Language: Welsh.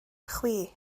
chwi